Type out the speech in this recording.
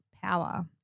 power